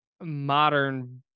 modern